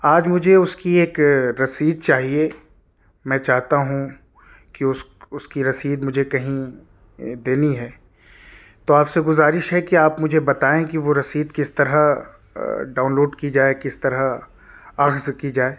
آج مجھے اس کی ایک رسید چاہیے میں چاہتا ہوں کہ اس اس کی رسید مجھے کہیں دینی ہے تو آپ سے گزارش ہے کہ آپ مجھے بتائیں کہ وہ رسید کس طرح ڈاؤن لوڈ کی جائے کس طرح اخذ کی جائے